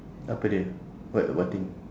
apa dia what what thing